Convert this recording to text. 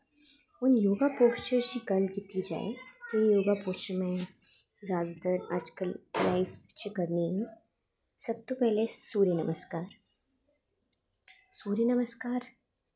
हून योगा क्रंचेस दी गल्ल कीती जाये ते एह्दा में कुछ जादातर अज्जकल लाइफ च करनी ऐं सब तों पैह्लें सूर्य नमस्कार सूर्य नमस्कार